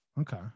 Okay